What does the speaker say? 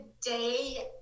today